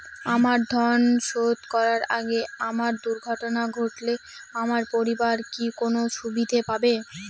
আমার ঋণ শোধ করার আগে আমার দুর্ঘটনা ঘটলে আমার পরিবার কি কোনো সুবিধে পাবে?